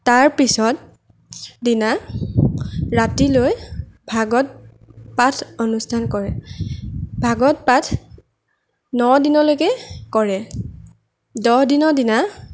তাৰ পিছত দিনা ৰাতিলৈ ভাগৱত পাঠ অনুষ্ঠান কৰে ভাগৱত পাঠ ন দিনলৈকে কৰে দহদিনৰ দিনা